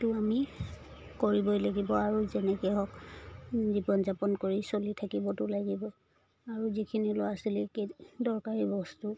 ত' আমি কৰিবই লাগিব আৰু যেনেকৈ হওক জীৱন যাপন কৰি চলি থাকিবতো লাগিব আৰু যিখিনি ল'ৰা ছোৱালী কে দৰকাৰী বস্তু